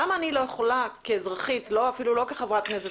למה אני לא יכולה כאזרחית לבוא למקום,